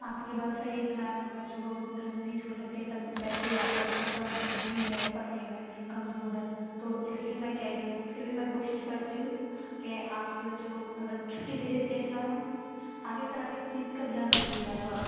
आपकी बात सही है कि मैम बच्चों को घर नहीं छोड़ सकते पर मैम वैसे ही आपका बच्चा थोड़ा बीक भी है पढ़ने में कमज़ोर है तो इसलिए मैं कह रही हूँ फिर भी मैं कोशिश करती हूँ कि आपके बच्चे को मतलब छुट्टी दे देते हैं इस बार हम आगे से आप इस चीज़ का ध्यान रखिएगा थोड़ा